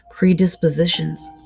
predispositions